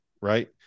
right